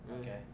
Okay